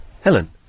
Helen